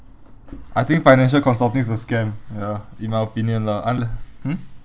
I think financial consulting is a scam ya in my opinion lah unl~ hmm